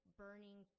burning